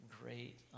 great